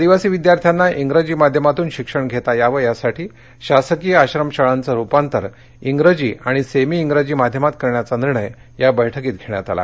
आदिवासी विद्यार्थ्यांना इंग्रजी माध्यमातून शिक्षण घेता यावे यासाठी शासकीय आश्रमशाळांचे रूपांतर इंग्रजी आणि सेमी इंग्रजी माध्यमात करण्याचा निर्णय मंत्रिमंडळ बैठकीत घेण्यात आला